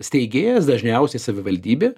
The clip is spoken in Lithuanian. steigėjas dažniausiai savivaldybė